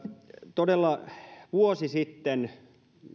todella vuosi sitten